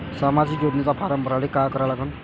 सामाजिक योजनेचा फारम भरासाठी का करा लागन?